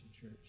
church